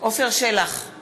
ומטריחים